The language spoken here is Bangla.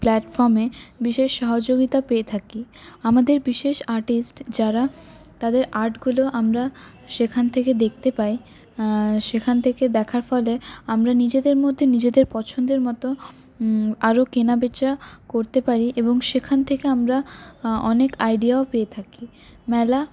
প্ল্যাটফর্মে বিশেষ সহযোগিতা পেয়ে থাকি আমাদের বিশেষ আর্টিস্ট যারা তাদের আর্টগুলো আমরা সেখান থেকে দেখতে পাই সেখান থেকে দেখার ফলে আমরা নিজেদের মধ্যে নিজেদের পছন্দের মতো আরো কেনাবেচা করতে পারি এবং সেখান থেকে আমরা অনেক আইডিয়াও পেয়ে থাকি মেলা